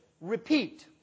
repeat